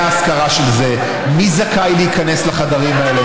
ההשכרה של זה: מי זכאי להיכנס לחדרים האלה,